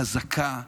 חזקה,